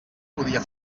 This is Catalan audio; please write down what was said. podia